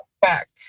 back